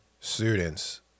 students